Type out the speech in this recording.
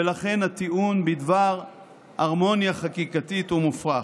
ולכן הטיעון בדבר הרמוניה חקיקתית הוא מופרך.